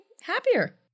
happier